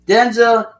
Denzel